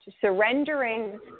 Surrendering